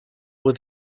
were